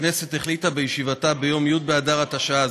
הכנסת החליטה בישיבתה ביום י' באדר התשע"ז,